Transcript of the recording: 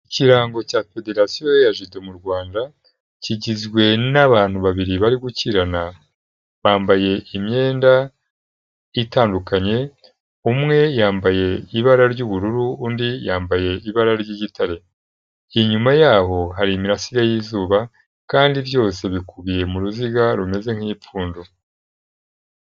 Ikirango cya Federasiyo ya Jido mu Rwanda, kigizwe n'abantu babiri bari gukirana. Bambaye imyenda itandukanye, umwe yambaye ibara ry'ubururu, undi yambaye ibara ry'igitare. Inyuma yaho hari imirasire y'izuba, kandi byose bikubiye mu ruziga rumeze nk'ipfundo.